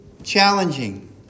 challenging